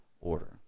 order